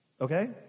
Okay